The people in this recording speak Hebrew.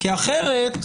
כי אחרת,